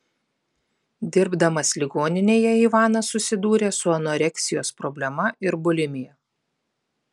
dirbdamas ligoninėje ivanas susidūrė su anoreksijos problema ir bulimija